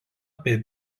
per